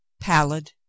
pallid